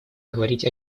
говорить